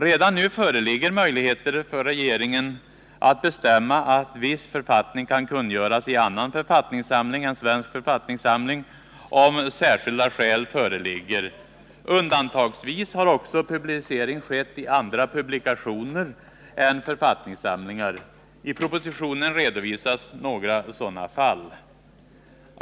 Redan nu föreligger möjligheter för regeringen att bestämma att viss författning kan kungöras i annan författningssamling än Svensk författnings samling, om särskilda skäl föreligger. Undantagsvis har också publicering skett i andra publikationer än författningssamlingar. I propositionen redovisas några sådana fall.